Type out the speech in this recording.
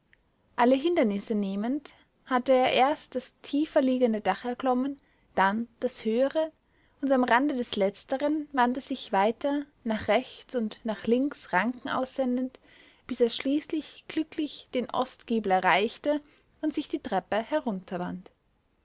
alle hindernisse nehmend hatte er erst das tiefer liegende dach erklommen dann das höhere und am rande des letzteren wand er sich weiter nach rechts und nach links ranken aussendend bis er schließlich glücklich den ostgiebel erreichte und sich die treppe herunter